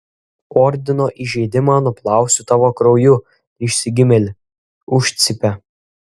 ordino įžeidimą nuplausiu tavo krauju išsigimėli užcypė